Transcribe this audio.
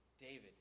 David